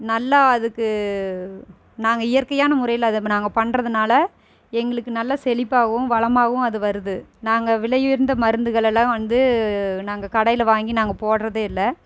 நல்லா அதுக்கு நாங்கள் இயற்கையான முறையில் அதை நாங்கள் பண்ணுறதுனால எங்ளுக்கு நல்ல செழிப்பாவும் வளமாவும் அது வருது நாங்கள் விலையுயர்ந்த மருத்துகளெலாம் வந்து நாங்கள் கடையில் வாங்கி நாங்கள் போடுறதே இல்லை